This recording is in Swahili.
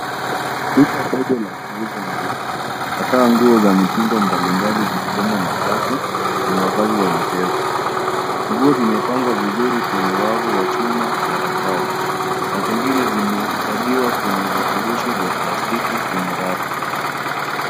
Duka dogo la kuuza nguo hasa nguo za mitindo mbali mbali zikiwemo mashati na mavazi ya michezo. Nguo zimepangwa vizuri kwenye wavu wa chuma na rakau na zingine zimehifadhiwa kwenye vifurushi vya plastiki kwenye rafu.